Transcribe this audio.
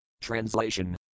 Translation